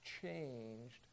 changed